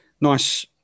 nice